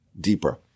deeper